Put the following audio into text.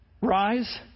rise